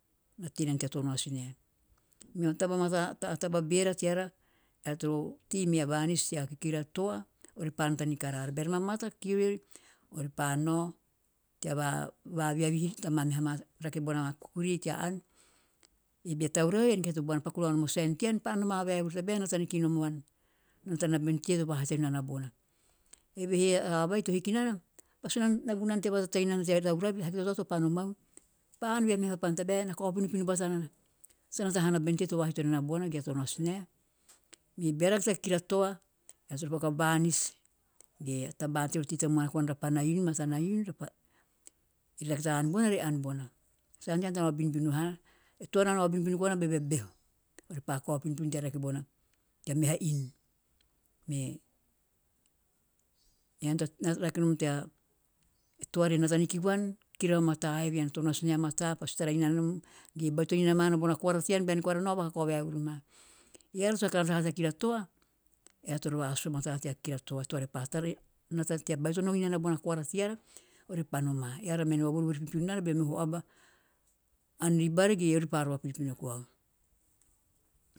Na tei nana tea too varoasi nae. Meo taba mataa a taba a beera teara, eara toro tei mea banis tea kikira toa orepa nata ni karaara. Beara mamata kiriori orepe nae tea va veavihi nake bona kukuri tea aan. Ei bea tauravi ean kahi paku nao nom o sigu tean, pa roma vaevuru tabee pa nata vaevuru no maan ean e tee a too vahito nana bona evehe a aba vai to hiki nana pasi nagu nana tea vatatainana tea tauravi, ahiki ta toa topa noman. Pa aan ve a meha papana tabe na kao pinopino batana, sa nata hana bene te to vahito na na bona ge tee to vahito nana bona. Me beara tea kikira toa eara toro paku a banis ge a tabaan teori tei koana rapana inu repa rake nana ta aan bona ore aan pona sa nate haana tea nao binbin vahaa. E toa na nao binbin koana beve behu, orepa kao pinopino tea rake bona tea meha inu. Me ean to rake nom e toa re nata niki vuan kikira vamata eve, ean e too noasi nae a mataa pasi tara inana nom vaan ge bvaitono inana bona koara tean bean koara nao vakakao vaevuru maa. Ean to saka nata hanom tea kikira toa ean toro vasusu vamata tea kikira toa eara toro vasusu mata tea kikira toa. Toa repa tara inana re nata tea baitono inana nom arara orepa eara tome vavorivori pino raara beo meoho aba aan ri bari ge pa rova rova pinopino koa.